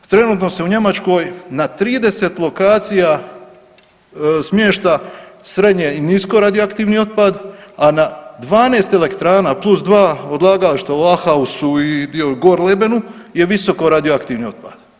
Trenutno se u Njemačkoj na 30 lokacija smješta srednje i nisko radioaktivni otpad, a na 12 elektrana plus dva odlagališta u Ahausu i dio u Gorlebenu je visoko radioaktivni otpad.